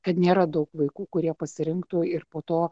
kad nėra daug vaikų kurie pasirinktų ir po to